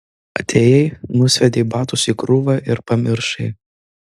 atėjai nusviedei batus į krūvą ir pamiršai